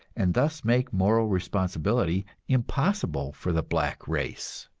and thus make moral responsibility impossible for the black race.